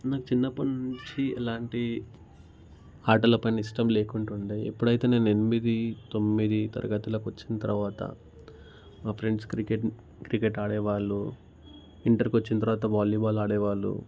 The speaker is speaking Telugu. నాకు చిన్నప్పటినుంచి ఎలాంటి ఆటలపైన ఇష్టం లేకుంటుండే ఎప్పుడైతే నేను ఎనిమిది తొమ్మిది తరగతిలోకి వచ్చిన తర్వాత మా ఫ్రెండ్స్ క్రికెట్ క్రికెట్ ఆడేవాళ్ళు ఇంటర్కి వచ్చిన తర్వాత వాలీబాల్ ఆడేవాళ్ళు